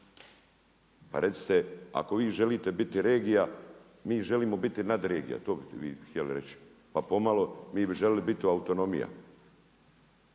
Recite, ako vi želite biti regija, mi želimo biti nadregija. To ste vi htjeli reći. Pa pomalo vi bi željeli biti autonomija.